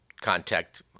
contact